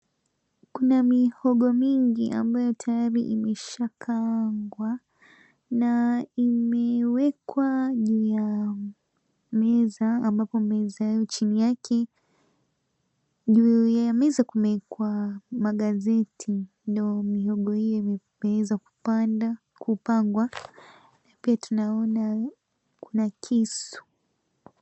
Kuna mihogo mingi ambayo tayari imeshakaangwa na imewekwa juu ya meza ambapo meza hiyo chini yake. Juu ya meza kumewekwa magazeti ndio mihogo hiyo imeweza kupanda, kupangwa pia tunaona kuna kisu.